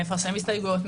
מפרסם הסתייגויות,